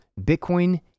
Bitcoin